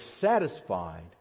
satisfied